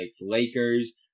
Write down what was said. Lakers